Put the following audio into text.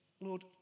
Lord